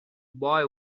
boy